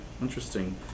interesting